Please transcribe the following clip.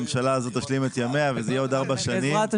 הממשלה הזו תשלים את ימיה וזה יהיה עוד ארבע שנים.